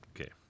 Okay